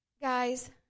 Guys